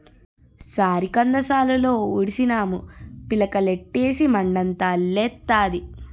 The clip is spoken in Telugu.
సారికంద సాలులో ఉడిసినాము పిలకలెట్టీసి మడంతా అల్లెత్తాది